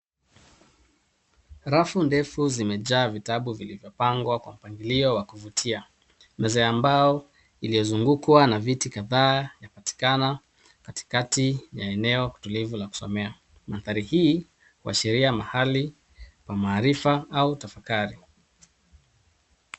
Rafu ndefu zimejaa vitabu vilivyo pangwa kwa mpangilio wa kuvutia meza ya mbao iliyo zungukwa na viti kadhaa inapatikana katikati ya eneo tulivu la kusomea. Mandhari hii uashiria mahali pa maarifa au tafakari.